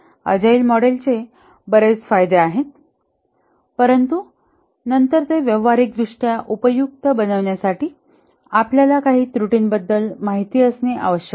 agile मॉडेलचे बरेच फायदे आहेत परंतु नंतर ते व्यावहारिक दृष्ट्या उपयुक्त बनविण्यासाठी आपल्याला काही त्रुटींबद्दल माहिती असणे आवश्यक आहे